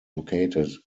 located